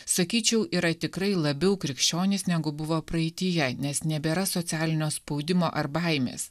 sakyčiau yra tikrai labiau krikščionys negu buvo praeityje nes nebėra socialinio spaudimo ar baimės